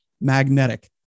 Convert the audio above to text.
magnetic